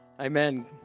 amen